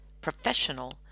professional